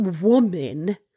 woman